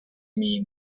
mean